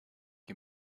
you